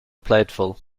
plateful